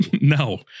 No